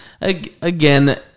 Again